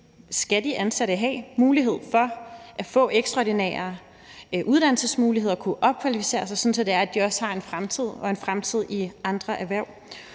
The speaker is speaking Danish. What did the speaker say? skal de ansatte have mulighed for. De skal have ekstraordinære uddannelsesmuligheder og kunne opkvalificere sig, sådan at de også har en fremtid, og en fremtid i andre erhverv.